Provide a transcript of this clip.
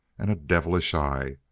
and a devilish eye,